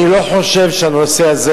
אני לא חושב שהנושא הזה